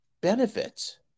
benefits